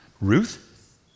Ruth